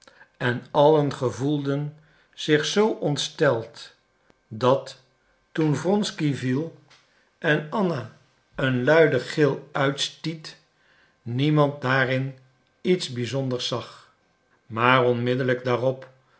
en allen gevoelden zich zoo ontsteld dat toen wronsky viel en anna een luiden gil uitstiet niemand daarin iets bizonders zag maar onmiddellijk daarop